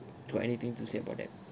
you got anything to say about that